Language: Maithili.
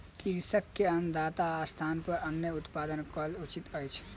कृषक के अन्नदाताक स्थानपर अन्न उत्पादक कहब उचित अछि